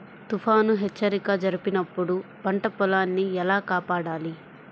తుఫాను హెచ్చరిక జరిపినప్పుడు పంట పొలాన్ని ఎలా కాపాడాలి?